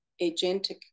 agentic